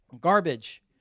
garbage